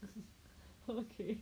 okay